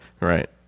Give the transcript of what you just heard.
Right